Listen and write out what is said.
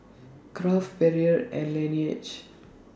Kraft Perrier and Laneige